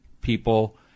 people